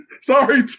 Sorry